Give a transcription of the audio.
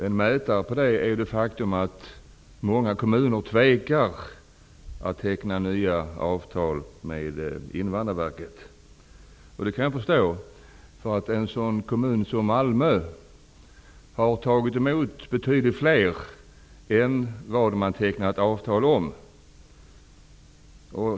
En mätare på det är det faktum att många kommuner tvekar att teckna nya avtal med Invandrarverket. Det kan jag förstå. En sådan kommun som Malmö har tagit emot betydligt fler personer än man tecknat avtal om.